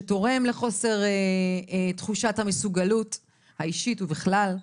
מה שתורם לחוסר תחושת המסוגלות האישית ובכלל.